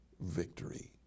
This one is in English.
Victory